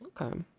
Okay